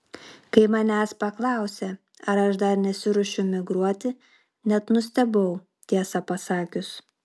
kai manęs paklausė ar aš dar nesiruošiu emigruoti net nustebau tiesą pasakius